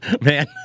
Man